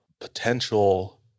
potential